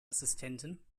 assistenten